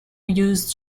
use